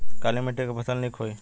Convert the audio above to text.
काली मिट्टी क फसल नीक होई?